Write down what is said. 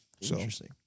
Interesting